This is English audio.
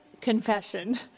confession